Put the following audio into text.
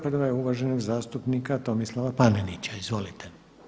Prva je uvaženog zastupnika Tomislava Panenića, izvolite.